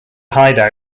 hideout